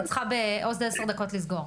אני צריכה עוד עשר דקות לסגור.